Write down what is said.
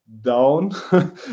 down